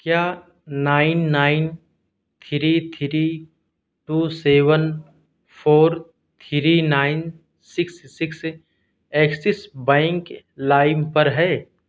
کیا nine nine three three two seven four three nine six six Axis bank لائم پر ہے